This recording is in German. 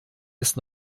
ist